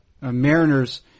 Mariner's